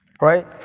Right